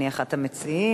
אני אחת המציעות,